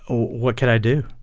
what can i do?